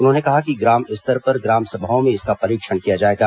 उन्होंने कहा कि ग्राम स्तर पर ग्राम सभाओं में इसका परीक्षण किया जाएगा